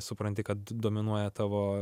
supranti kad dominuoja tavo